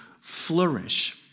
flourish